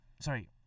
sorry